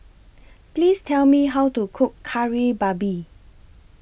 Please Tell Me How to Cook Kari Babi